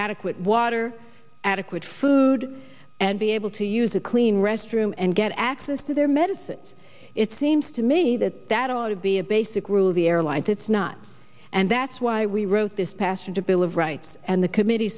adequate water adequate food and be able to use a clean restroom and get access to their medicine it seems to me that that ought to be a basic rule of the airline to it's not and that's why we wrote this passenger bill of rights and the committee